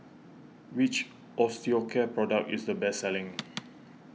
which Osteocare product is the best selling